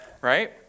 right